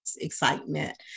excitement